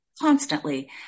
Constantly